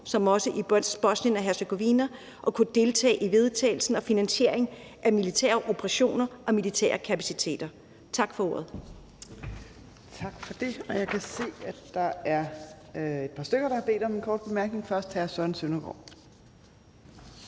ligesom i Bosnien-Hercegovina, og at kunne deltage i vedtagelsen og finansieringen af militære operationer og militære kapaciteter. Tak for ordet. Kl. 13:02 Tredje næstformand (Trine Torp): Tak for det. Jeg kan se, at der er et par stykker, der har bedt om en kort bemærkning. Først er det hr. Søren Søndergaard.